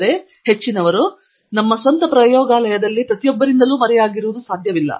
ಆದರೆ ಹೆಚ್ಚಿನವರು ನಮ್ಮ ಸ್ವಂತ ಪ್ರಯೋಗಾಲಯದಲ್ಲಿ ಪ್ರತಿಯೊಬ್ಬರಿಂದಲೂ ಮರೆಯಾಗಿರುವುದು ಸಾಧ್ಯವಿಲ್ಲ